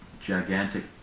gigantic